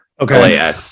Okay